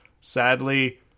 Sadly